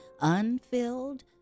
unfilled